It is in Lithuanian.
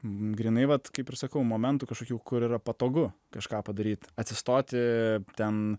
grynai vat kaip ir sakau momentų kažkokių kur yra patogu kažką padaryt atsistoti ten